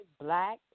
black